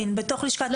בבקשה.